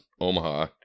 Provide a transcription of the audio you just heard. Omaha